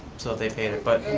so they paid it, but